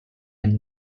any